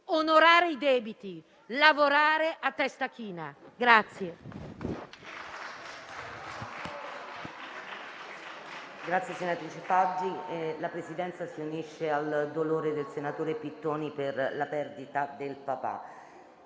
onorare i debiti, lavorare a testa china.